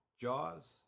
Jaws